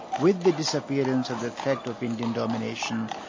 with the disappearance of the threat of indian domination,